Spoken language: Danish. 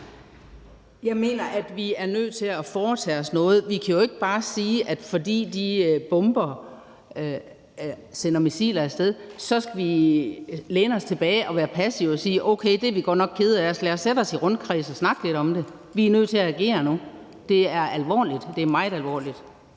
Jeg mener, at vi er nødt til at foretage os noget. Vi kan jo ikke bare sige, at fordi de bomber og sender missiler af sted, skal vi læne os tilbage og være passive og sige: Okay, det er vi godt nok kede af, så lad os sætte os i en rundkreds og snakke lidt om det. Vi er nødt til at agere nu. Det er alvorligt. Det er meget alvorligt.